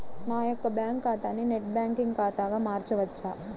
నా యొక్క బ్యాంకు ఖాతాని నెట్ బ్యాంకింగ్ ఖాతాగా మార్చవచ్చా?